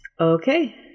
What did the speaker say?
Okay